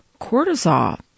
cortisol